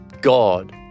God